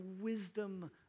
wisdom